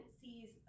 sees